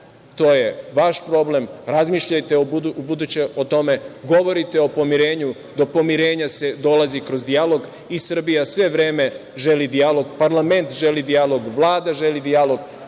to je vaš problem. Razmišljajte u buduće o tome. Govorite o pomirenju, do pomirenja se dolazi kroz dijalog i Srbija sve vreme želi dijalog. Parlament želi dijalog, Vlada želi dijalog,